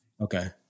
Okay